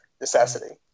necessity